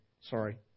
sorry